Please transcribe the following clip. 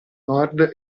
nord